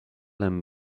him